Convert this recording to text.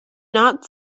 not